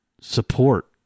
support